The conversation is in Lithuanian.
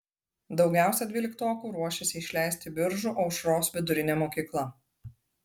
daugiausiai dvyliktokų ruošiasi išleisti biržų aušros vidurinė mokykla